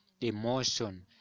emotion